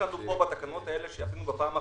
בתקנות שהגשנו בפעם האחרונה,